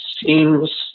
seems